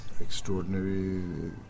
extraordinary